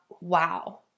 wow